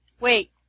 wait